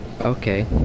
Okay